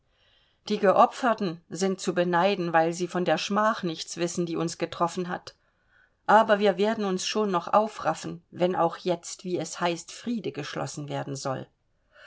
die geopferten sind zu beneiden weil sie von der schmach nichts wissen die uns getroffen hat aber wir werden uns schon noch aufraffen wenn auch jetzt wie es heißt friede geschlossen werden soll